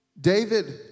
David